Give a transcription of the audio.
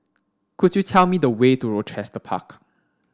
could you tell me the way to Rochester Park